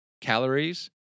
calories